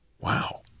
Wow